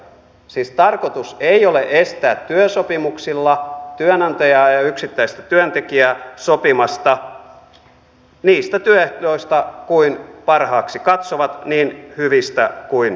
siis tarkoitus ei ole estää työsopimuksilla työnantajaa ja yksittäistä työntekijää sopimasta työehdoista kuten parhaaksi katsovat niin hyvistä kuin haluavat